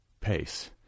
pace